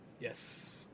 Yes